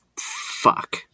Fuck